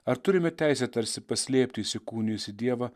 ar turime teisę tarsi paslėpti įsikūnijusį dievą